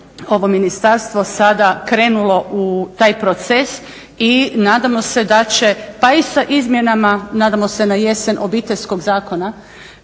ovo ministarstvo sada krenulo u taj proces i nadamo se da će pa i sa izmjenama, nadamo se na jesen, Obiteljskog zakona